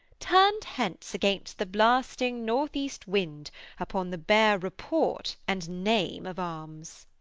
turned hence against the blasting north-east wind upon the bare report and name of arms.